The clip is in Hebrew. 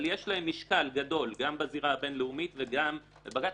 יש להן משקל גדול גם בזירה הבינלאומית וגם בבג"ץ,